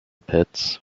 pits